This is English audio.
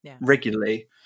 regularly